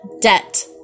debt